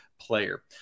player